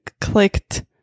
clicked